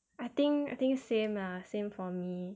I think I think same lah same for me